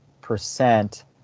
percent